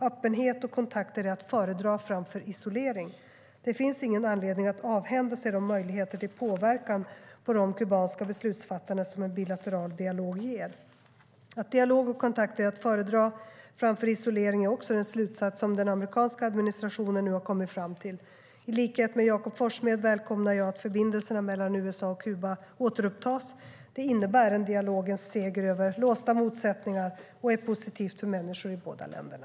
Öppenhet och kontakter är att föredra framför isolering. Det finns ingen anledning att avhända sig de möjligheter till påverkan på de kubanska beslutsfattarna som en bilateral dialog ger. Att dialog och kontakter är att föredra framför isolering är också den slutsats som den amerikanska administrationen nu har kommit fram till. I likhet med Jakob Forssmed välkomnar jag att förbindelserna mellan USA och Kuba återupptas. Det innebär en dialogens seger över låsta motsättningar och är positivt för människor i båda länderna.